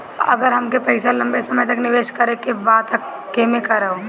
अगर हमके पईसा लंबे समय तक निवेश करेके बा त केमें करों?